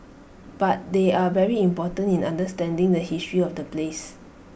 but they are very important in understanding the history of the place